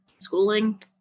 schooling